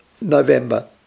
November